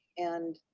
and,